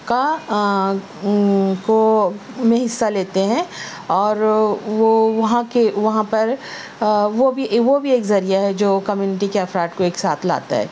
کا کو ان میں حصہ لیتے ہیں اور وہ وہاں کے وہاں پر وہ بھی وہ بھی ایک ذریعہ ہے جو کمیونٹی کے افراد کو ایک ساتھ لاتا ہے